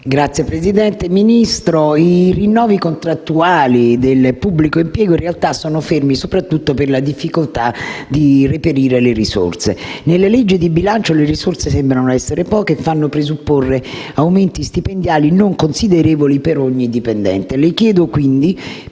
XVII)*. Signor Ministro, i rinnovi contrattuali del pubblico impiego, in realtà, sono fermi soprattutto per la difficoltà di trovare le risorse. Nella legge di bilancio le risorse sembrano essere poche e fanno presupporre aumenti stipendiali non considerevoli per ogni dipendente.